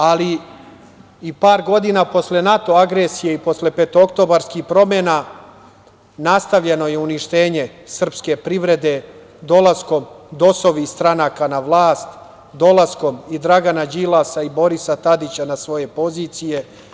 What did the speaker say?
Par godina posle NATO agresije i posle petooktobarskih promena nastavljeno je uništenje srpske privrede dolaskom DOS-ovih stranaka na vlast, dolaskom i Dragana Đilasa i Borisa Tadića na svoje pozicije.